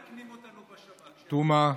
תומא.